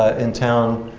ah in town,